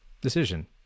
decision